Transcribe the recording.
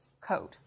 code